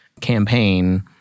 campaign